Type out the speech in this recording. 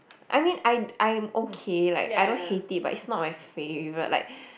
I mean I I am okay like I don't hate it but is not my favorite like